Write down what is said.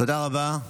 תודה רבה.